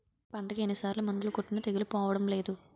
పంటకు ఎన్ని సార్లు మందులు కొట్టినా తెగులు పోవడం లేదు